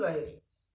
mm